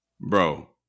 Bro